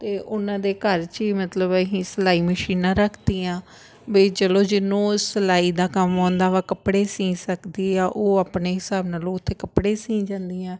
ਅਤੇ ਉਹਨਾਂ ਦੇ ਘਰ 'ਚ ਹੀ ਮਤਲਬ ਅਸੀਂ ਸਿਲਾਈ ਮਸ਼ੀਨਾਂ ਰੱਖ ਤੀਆਂ ਬਈ ਚਲੋ ਜਿਹਨੂੰ ਸਿਲਾਈ ਦਾ ਕੰਮ ਆਉਂਦਾ ਵਾ ਕੱਪੜੇ ਸੀ ਸਕਦੀ ਆ ਉਹ ਆਪਣੇ ਹਿਸਾਬ ਨਾਲ ਉਹ ਉੱਥੇ ਕੱਪੜੇ ਸੀ ਜਾਂਦੀਆਂ